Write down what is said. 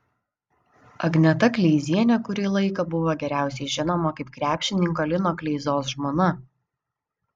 agneta kleizienė kurį laiką buvo geriausiai žinoma kaip krepšininko lino kleizos žmona